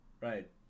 right